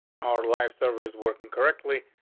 our lives server is working correctly,